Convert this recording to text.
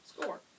score